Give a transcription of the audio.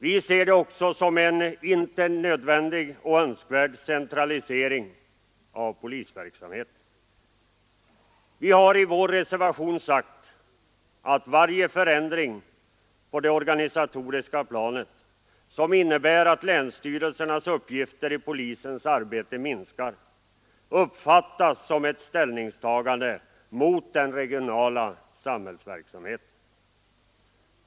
Vi ser det också som en inte nödvändig och inte heller önskvärd centralisering av polisverksamheten. Vi har i vår reservation sagt att varje förändring på det organisatoriska planet som innebär att länsstyrelsernas uppgifter i polisens arbete minskar uppfattas som ett ställningstagande mot den regionala samhällsverksamheten.